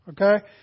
Okay